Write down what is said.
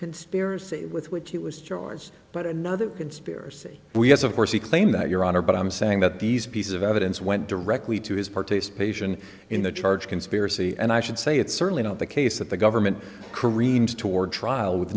conspiracy with which he was charged but another conspiracy we have of course the claim that your honor but i'm saying that these pieces of evidence went directly to his participation in the charge conspiracy and i should say it's certainly not the case that the government careened toward trial with